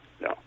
no